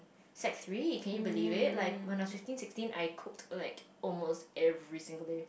sec three can you believe it like when I was fifteen sixteen I cook for like almost every single day